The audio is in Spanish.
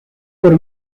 por